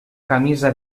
camisa